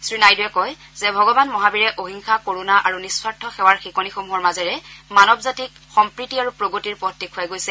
শ্ৰীনাইডুৱে কয় যে ভগৱান মহাবীৰে অহিংসা কৰুণা আৰু নিস্বাৰ্থ সেৱাৰ শিকনিসমূহৰ মাজেৰে মানৱ জাতিক সম্প্ৰীতি আৰু প্ৰগিতৰ পথ দেখুৱাই গৈছে